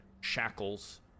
shackles